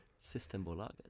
Systembolaget